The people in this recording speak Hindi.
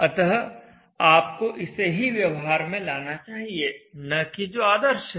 अतः आपको इसे ही व्यवहार में लाना चाहिए न कि जो आदर्श है